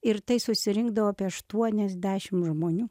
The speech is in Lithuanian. ir tai susirinkdavo apie aštuoniasdešim žmonių